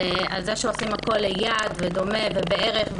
על כך שעושים הכול ליד ודומה ובערך,